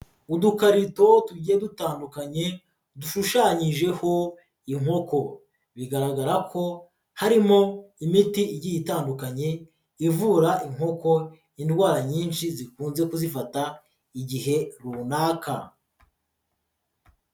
Udukarito tugiye dutandukanye dushushanyijeho inkoko bigaragara ko harimo imiti igiye itandukanye ivura inkoko indwara nyinshi zikunze kuzifata igihe runaka.